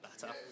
better